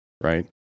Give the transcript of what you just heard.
right